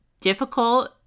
difficult